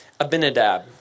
Abinadab